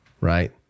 right